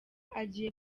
agiye